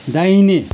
दाहिने